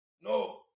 No